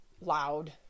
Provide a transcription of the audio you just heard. loud